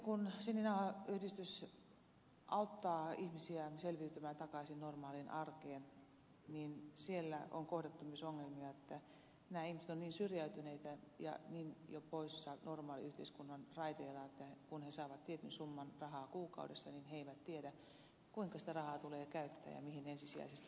kun sininauhayhdistys auttaa ihmisiä selviytymään takaisin normaaliin arkeen niin siellä on kohdattu myös sellaisia ongelmia että nämä ihmiset ovat niin syrjäytyneitä ja jo niin poissa normaalin yhteiskunnan raiteilta että kun he saavat tietyn summan rahaa kuukaudessa niin he eivät tiedä kuinka sitä rahaa tulee käyttää ja mihin ensisijaisesti